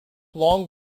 long